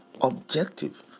objective